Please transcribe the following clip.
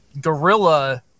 gorilla